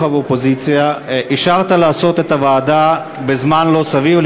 האופוזיציה אישרת לקיים את ישיבת הוועדה בזמן לא סביר,